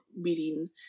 meeting